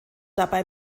dabei